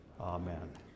amen